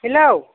hello